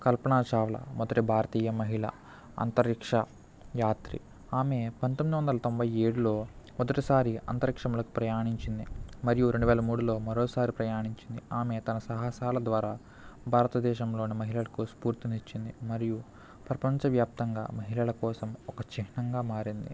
కల్పనా చావ్లా మొదటి భారతీయ మహిళ అంతరిక్ష యాత్రి ఆమె పంతొందొందల ఏడులో మొదటిసారి అంతరిక్షంలోకి ప్రయాణించింది మరియు రెండు వేల మూడులో మరోసారి ప్రయాణించింది ఆమె తన సాహసాల ద్వారా భారతదేశంలోని మహిళలకు స్ఫూర్తినిచ్చింది మరియు ప్రపంచవ్యాప్తంగా మహిళల కోసం ఒక చిహ్నంగా మారింది